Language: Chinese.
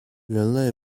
人类